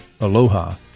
Aloha